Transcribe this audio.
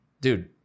dude